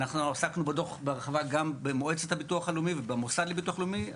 אנחנו עסקנו בדוח בהרחבה גם במועצת הביטוח לאומי ובמוסד לביטוח לאומי,